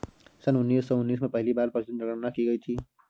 सन उन्नीस सौ उन्नीस में पहली बार पशुधन जनगणना की गई थी